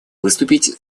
выступить